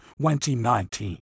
2019